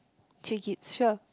treat it sure